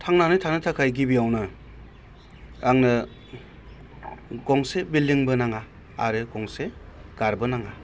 थांनानै थानो थाखाय गिबियावनो आंनो गंसे बिल्दिंबो नाङा आरो गंसे कारबो नाङा